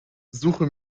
suche